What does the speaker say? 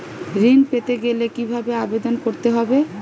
ঋণ পেতে গেলে কিভাবে আবেদন করতে হবে?